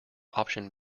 option